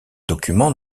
document